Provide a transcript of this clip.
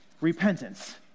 repentance